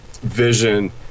vision